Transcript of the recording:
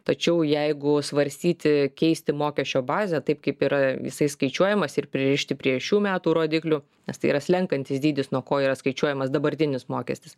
tačiau jeigu svarstyti keisti mokesčio bazę taip kaip yra jisai skaičiuojamas ir pririšti prie šių metų rodiklių nes tai yra slenkantis dydis nuo ko yra skaičiuojamas dabartinis mokestis